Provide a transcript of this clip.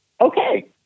okay